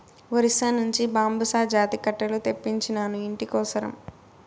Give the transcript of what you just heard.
ఒరిస్సా నుంచి బాంబుసా జాతి కట్టెలు తెప్పించినాను, ఇంటి కోసరం